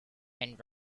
and